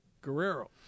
Guerrero